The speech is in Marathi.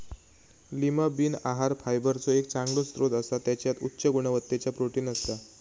लीमा बीन आहार फायबरचो एक चांगलो स्त्रोत असा त्याच्यात उच्च गुणवत्तेचा प्रोटीन असता